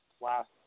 last